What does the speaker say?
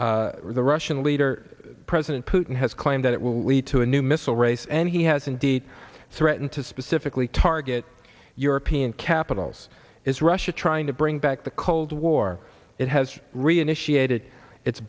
europe the russian leader president putin has claimed that it will lead to a new missile race and he has indeed threatened to specifically target european capitals is russia trying to bring back the cold war it has reinitiated it